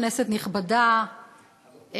כנסת נכבדה,